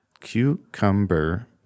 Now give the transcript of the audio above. Cucumber